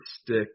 stick